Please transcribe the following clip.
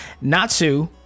Natsu